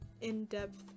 in-depth